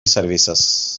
services